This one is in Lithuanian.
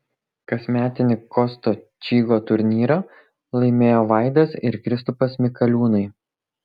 kasmetinį kosto čygo turnyrą laimėjo vaidas ir kristupas mikaliūnai